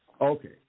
Okay